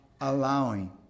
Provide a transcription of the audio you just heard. allowing